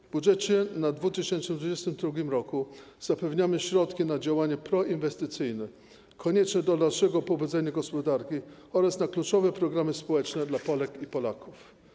W Budżecie na 2022 r. zapewniamy środki na działanie proinwestycyjne konieczne dla naszego powodzenia gospodarki oraz na kluczowe programy społeczne dla Polek i Polaków.